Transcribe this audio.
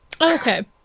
Okay